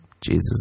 Jesus